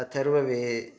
अथर्ववेदे